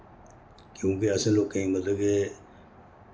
क्योंकि अस लोकें मतलब के